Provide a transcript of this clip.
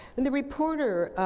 and the reporter,